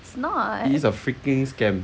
it's a freaking scam